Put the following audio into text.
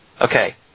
Okay